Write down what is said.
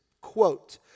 quote